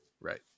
right